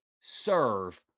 serve